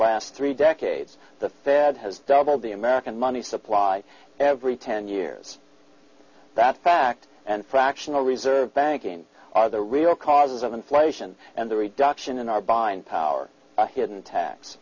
last three decades the fed has doubled the american money supply every ten years that fact and fractional reserve banking are the real causes of inflation and the reduction in our buying power a hidden